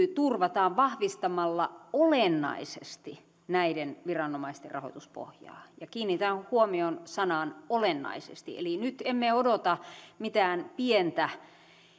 suorituskyky turvataan vahvistamalla olennaisesti näiden viranomaisten rahoituspohjaa ja kiinnitän huomion sanaan olennaisesti eli nyt emme odota mitään pientä